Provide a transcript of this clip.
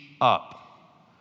up